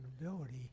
ability